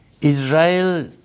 Israel